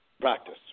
practice